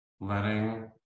letting